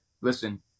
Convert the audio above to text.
listen